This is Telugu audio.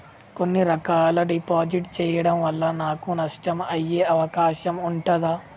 కొన్ని రకాల డిపాజిట్ చెయ్యడం వల్ల నాకు నష్టం అయ్యే అవకాశం ఉంటదా?